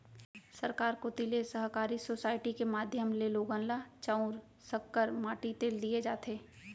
सरकार कोती ले सहकारी सोसाइटी के माध्यम ले लोगन ल चाँउर, सक्कर, माटी तेल दिये जाथे